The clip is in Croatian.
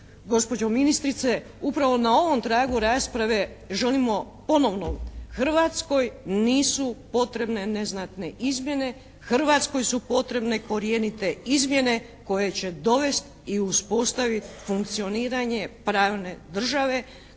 Gospođo ministrice, upravo na ovom tragu rasprave želimo ponovno Hrvatskoj nisu potrebne neznatne izmjene, Hrvatskoj su potrebne korjenite izmjene koje će dovesti i uspostaviti funkcioniranje pravne države